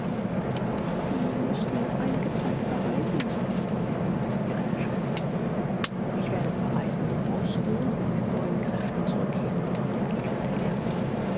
sie müßten auf einige zeit verreisen riet sie ihm wie eine schwester ich werde verreisen ausruhen und mit neuen kräften zurückkehren entgegnete er